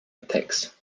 attacks